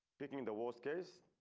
picking the worst case.